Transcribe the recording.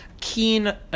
keen